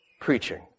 preaching